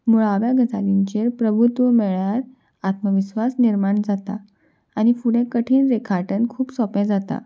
मुळाव्या गजालींचेर प्रभुत्व मेळ्यार आत्मविस्वास निर्माण जाता आनी फुडें कठीण रेखाटन खूब सोंपें जाता